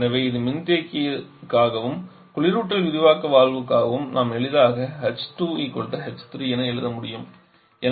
எனவே இது மின்தேக்கியுக்காகவும் குளிரூட்டல் விரிவாக்க வால்வுக்காகவும் நாம் எளிதாக h2 h3 என எழுத முடியும்